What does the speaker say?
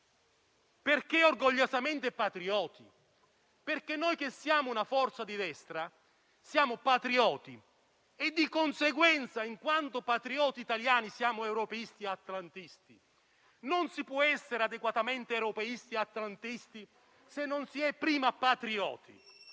perché orgogliosamente patrioti. Noi, che siamo una forza di destra, siamo infatti patrioti e, di conseguenza, in quanto patrioti italiani siamo europeisti atlantisti. Non si può essere adeguatamente europeisti ed atlantisti se non si è prima patrioti,